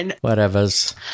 whatever's